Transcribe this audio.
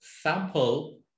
sample